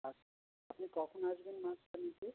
আচ্ছা আপনি কখন আসবেন মাছটা নিতে